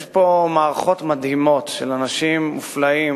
יש פה מערכות מדהימות של אנשים מופלאים